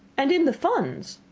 and in the funds!